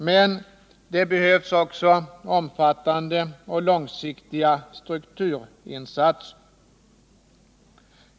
Men det behövs också omfattande och långsiktiga strukturinsatser.